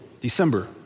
December